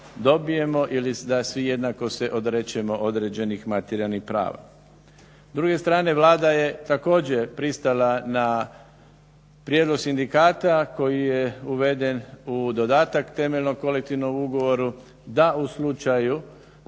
ili da svi jednako se odrečemo određenih materijalnih prava. S druge strane, Vlada je također pristala na prijedlog sindikata koji je uveden u dodatak temeljnog kolektivnog ugovora da u slučaju